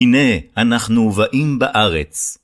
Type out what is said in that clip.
הנה אנחנו באים בארץ.